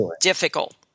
difficult